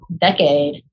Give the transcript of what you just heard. decade